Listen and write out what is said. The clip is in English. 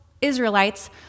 Israelites